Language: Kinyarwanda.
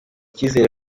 kizere